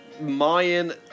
Mayan